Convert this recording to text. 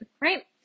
right